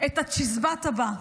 את הצ'יזבט הבא.